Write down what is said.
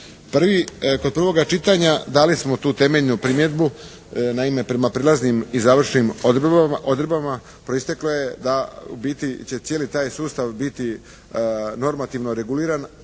Kod prvoga čitanja dali smo tu temeljnu primjedbu. Naime, prema prijelaznim i završnim odredbama proisteklo je da u biti će cijeli taj sustav biti normativno reguliran